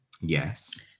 Yes